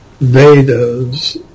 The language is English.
Vedas